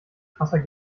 krasser